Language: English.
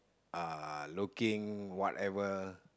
uh looking whatever